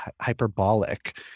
hyperbolic